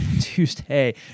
Tuesday